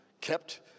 Kept